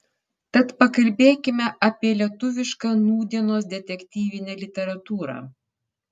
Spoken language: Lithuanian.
tad pakalbėkime apie lietuvišką nūdienos detektyvinę literatūrą